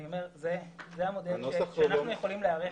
אני אומר שזה המודל שאנחנו יכולים להיערך אליו.